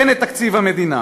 אין את תקציב המדינה.